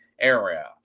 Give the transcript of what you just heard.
area